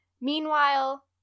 Meanwhile